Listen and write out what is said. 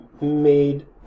made